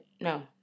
no